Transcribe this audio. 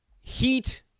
Heat